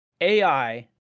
AI